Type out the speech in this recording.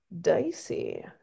dicey